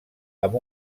amb